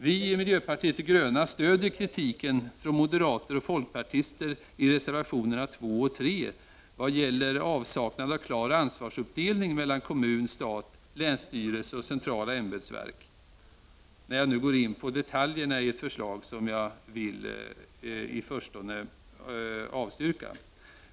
Vi i miljöpartiet de gröna stödjer kritiken från moderater och folkpartister i reservationerna 2 och 3 vad gäller avsaknad av klar ansvarsuppdelning mellan kommun, stat, länsstyrelse och centrala ämbetsverk, när jag nu går in på z detaljerna i ett förslag som jag vill i förstone avstyrka.